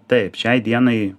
taip šiai dienai